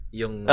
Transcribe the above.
yung